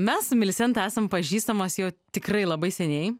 mes su milisenta esam pažįstamos jau tikrai labai seniai